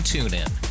TuneIn